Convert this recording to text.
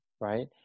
right